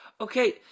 Okay